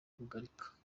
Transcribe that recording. rugarika